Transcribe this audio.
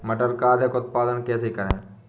मटर का अधिक उत्पादन कैसे करें?